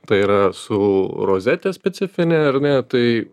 tai yra su rozete specifinė ar ne tai